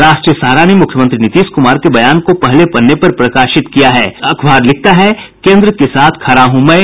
राष्ट्रीय सहारा ने मुख्यमंत्री नीतीश कुमार के बयान को पहले पन्ने पर प्रकाशित करते हुये लिखा है केन्द्र सरकार के साथ खड़ा हूँ मैं